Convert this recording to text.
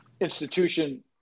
institution